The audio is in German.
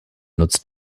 nutzt